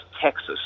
Texas